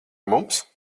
mums